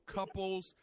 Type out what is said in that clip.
couples